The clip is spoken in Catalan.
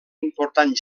important